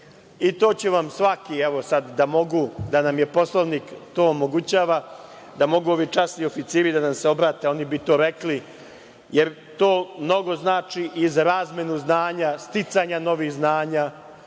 i to će vam svaki, evo, sad da mogu, da nam Poslovnik to omogućava, da mogu ovi časni oficiri da nam se obrate, oni bi to rekli, jer to mnogo znači i za razmenu znanja, sticanja novih znanja,